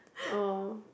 oh